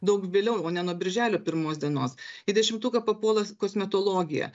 daug vėliau o ne nuo birželio pirmos dienos į dešimtuką papuola kosmetologija